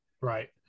Right